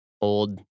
old